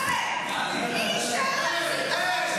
מי אישר להם?